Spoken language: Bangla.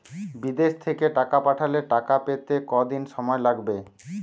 বিদেশ থেকে টাকা পাঠালে টাকা পেতে কদিন সময় লাগবে?